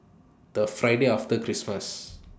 The Friday after Christmas